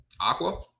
Aqua